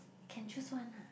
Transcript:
can choose one ah